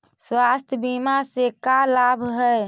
स्वास्थ्य बीमा से का लाभ है?